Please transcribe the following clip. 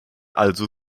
also